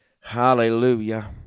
hallelujah